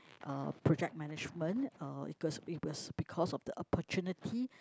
uh project management uh it was it was because of the opportunity